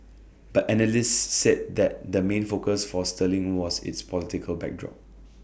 but analysts said that the main focus for sterling was its political backdrop